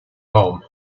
home